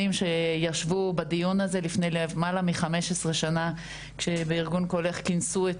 שישבו בדיון הזה לפני למעלה מ-15 שנה כשבארגון קולך כינסו את